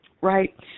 Right